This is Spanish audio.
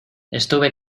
estuve